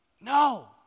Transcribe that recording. no